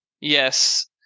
Yes